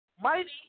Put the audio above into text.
mighty